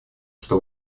что